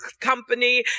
company